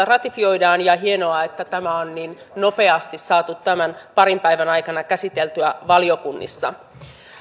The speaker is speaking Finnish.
ratifioidaan ja hienoa että tämä on niin nopeasti saatu tämän parin päivän aikana käsiteltyä valiokunnissa